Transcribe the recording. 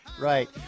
right